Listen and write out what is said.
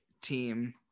team